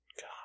God